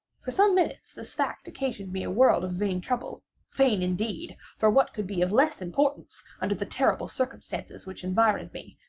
for some minutes this fact occasioned me a world of vain trouble vain indeed! for what could be of less importance, under the terrible circumstances which environed me,